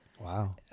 Wow